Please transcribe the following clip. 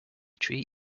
tree